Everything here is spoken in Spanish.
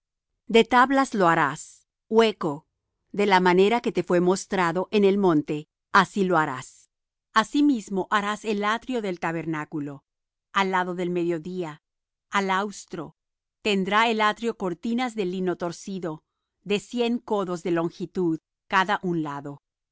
de tablas lo harás hueco de la manera que te fue mostrado en el monte así lo harás asimismo harás el atrio del tabernáculo al lado del mediodía al austro tendrá el atrio cortinas de lino torcido de cien codos de longitud cada un lado